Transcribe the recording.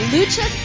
Lucha